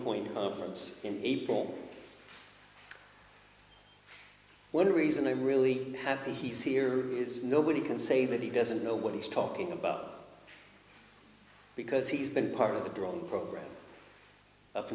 point friends in april one reason i'm really happy he's here is nobody can say that he doesn't know what he's talking about because he's been part of the drone program up